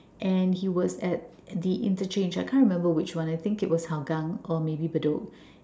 and he was at at the interchange I can't remember which one I think it was Hougang or maybe Bedok